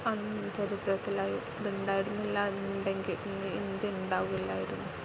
ആ ചരിത്രത്തിലായി ഇതുണ്ടായിരുന്നില്ല എന്നുണ്ടെങ്കിൽ ഇന്ന് ഇത് ഉണ്ടാവില്ലായിരുന്നു